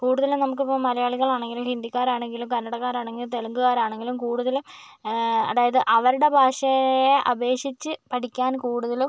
കൂടുതലും നമുക്കിപ്പോൾ മലയാളികളാണെങ്കിലും ഹിന്ദിക്കാരാണെങ്കിലും കന്നടക്കാരാണെങ്കിലും തെലുങ്ക്കാരാണെങ്കിലും കൂടുതലും അതായത് അവരുടെ ഭാഷയെ അപേക്ഷിച്ച് പഠിക്കാൻ കൂടുതലും